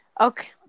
Okay